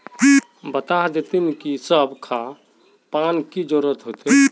बता देतहिन की सब खापान की जरूरत होते?